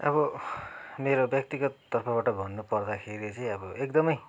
अब मेरो व्यक्तिगत तर्फबाट भन्नुपर्दाखेरि चाहिँ अब एकदमै